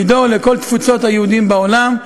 לדאוג לכל יהודי התפוצות בעולם,